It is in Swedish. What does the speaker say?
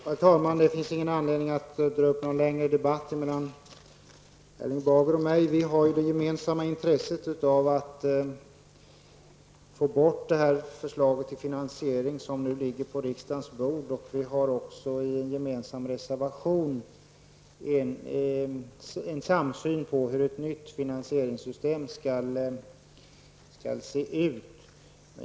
Herr talman! Det finns ingen anledning att ha någon längre debatt mellan Erling Bager och mig. Vi har ju det gemensamma intresset att få bort det förslag till finansiering som nu ligger på riksdagens bord. Vi redovisar även i en gemensam reservation en samsyn på hur ett nytt finansieringssystem skall se ut.